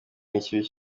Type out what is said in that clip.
n’ikibi